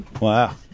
Wow